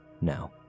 Now